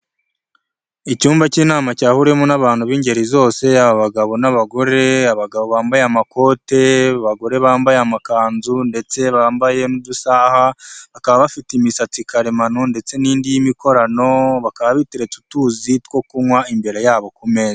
Icyumba cy'inama cyahuriyewemo n'abantu b'ingeri zose, abagabo n'abagore bambaye amakote, abagore bambaye amakanzu ndetse bambaye n'udusaha, bakaba bafite imisatsi karemano ndetse n'indi y'imikorano, bakaba biteretse utuzi two kunywa imbere yabo ku meza.